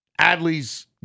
Adley's